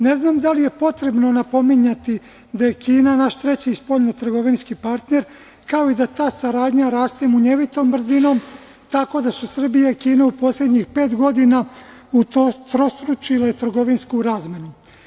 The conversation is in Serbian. Ne znam da li je potrebno napominjati da je Kina naš treći spoljnotrgovinski partner, kao i da ta saradnja raste munjevitom brzinom, tako da su Srbija i Kina u poslednjih pet godina utrostručile trgovinsku razmenu.